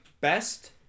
best